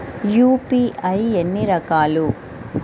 UPI ఎన్ని రకాలు?